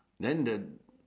then the